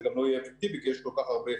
זה גם לא יהיה אפקטיבי כי יש כל כך הרבה